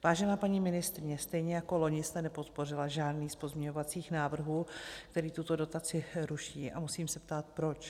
Vážená paní ministryně, stejně jako loni jste nepodpořila žádný z pozměňovacích návrhů, který tuto dotaci ruší, a musím se ptát proč.